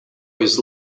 was